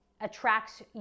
attracts